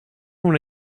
when